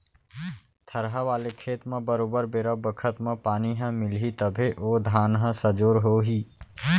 थरहा वाले खेत म बरोबर बेरा बखत म पानी ह मिलही तभे ओ धान ह सजोर हो ही